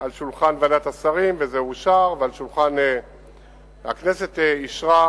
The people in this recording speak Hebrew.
על שולחן ועדת השרים, וזה אושר, הכנסת אישרה,